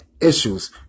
issues